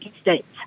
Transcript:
states